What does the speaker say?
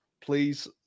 Please